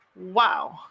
Wow